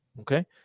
Okay